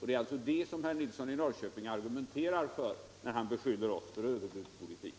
Det är alltså det som herr Nilsson i Norrköping argumenterar för när han beskyller oss för överbudspolitik.